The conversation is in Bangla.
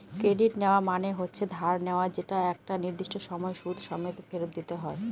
ক্রেডিট নেওয়া মানে হচ্ছে ধার নেওয়া যেটা একটা নির্দিষ্ট সময় সুদ সমেত ফেরত দিতে হয়